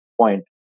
point